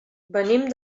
venim